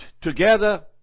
together